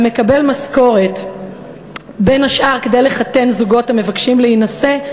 המקבל משכורת בין השאר כדי לחתן זוגות המבקשים להינשא,